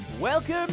Welcome